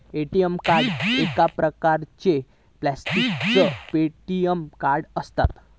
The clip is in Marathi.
ए.टी.एम कार्ड एक प्रकारचा प्लॅस्टिकचा पेमेंट कार्ड असता